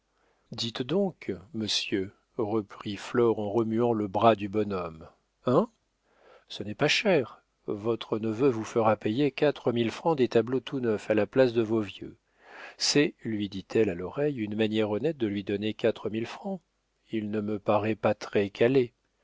dites donc monsieur reprit flore en remuant le bras du bonhomme hein ce n'est pas cher votre neveu vous fera payer quatre mille francs des tableaux tout neufs à la place de vos vieux c'est lui dit-elle à l'oreille une manière honnête de lui donner quatre mille francs il ne me paraît pas très calé